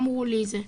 אמרו לי זה,